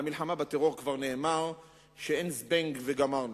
על המלחמה בטרור כבר נאמר שאין "זבנג וגמרנו",